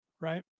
Right